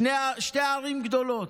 לשתי ערים גדולות: